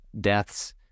deaths